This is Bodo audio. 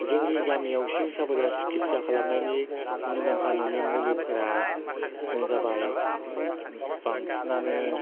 जोंनि गामियाव सिं साबोला सिकित्सा खालानायनि मुंदांखा न'नि मुलिफोरानो जाबाय बांसिनानो